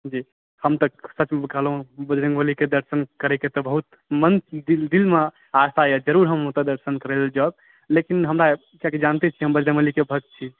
हम तऽ सचमुचमे कहलहुँ बजरङ्ग बलीके दर्शन करैके तऽ मन बहुत दिलमे आस्था यऽ जरुर हम ओतऽ दर्शन करै लए जाएब लेकिन हमरा कीयाकि अहाँ जानिते छी कि हम बजरङ्ग बलीके भक्त छी